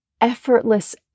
effortless